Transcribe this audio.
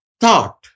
Thought